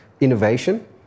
innovation